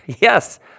Yes